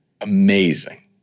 Amazing